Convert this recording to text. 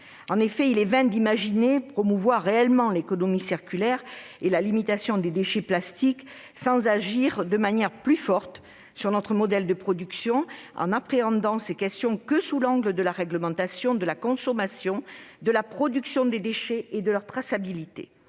En effet, il est vain d'imaginer promouvoir réellement l'économie circulaire et la limitation des déchets de plastique, sans agir de manière plus forte sur notre modèle de production, en appréhendant ces questions uniquement sous l'angle de la réglementation de la consommation, de la production des déchets et de leur traçabilité.